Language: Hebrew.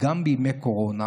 גם בימי קורונה,